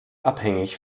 abhängig